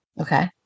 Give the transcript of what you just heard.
Okay